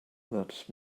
that